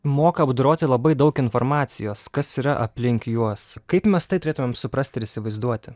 moka apdoroti labai daug informacijos kas yra aplink juos kaip mes tai turėtum suprasti ir įsivaizduoti